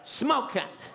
smoking